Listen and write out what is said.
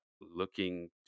looking